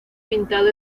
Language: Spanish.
pintado